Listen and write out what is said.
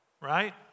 right